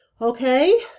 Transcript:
okay